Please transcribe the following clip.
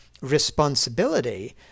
responsibility